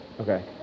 Okay